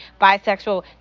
bisexual